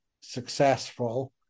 successful